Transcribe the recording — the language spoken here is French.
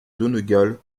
donegal